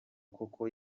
koko